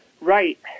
Right